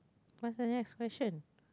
what's the next question